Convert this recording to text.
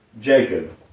Jacob